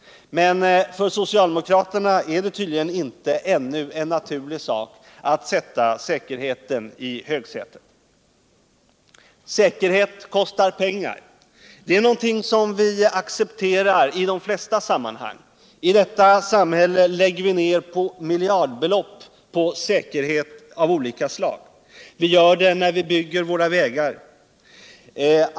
Men för socialdemokraterna är det tydligen inte ännu en naturlig sak att sätta säkerheten i högsätet. Säkerhet kostar pengar. Det är någonting som vi accepterar i de flesta sammanhang. I detta samhälle ligger vi ned miljardbelopp på säkerhet av olika slag. Vi gör det när vi bygger våra vägar.